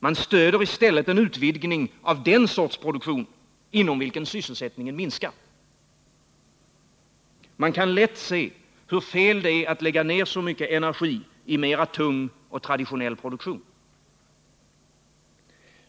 Man stöder i stället en utvidgning av det slags produktion inom vilken sysselsättningen minskar. Man kan lätt se hur fel det är att lägga ned så mycket energi i mera tung, traditionell produktion.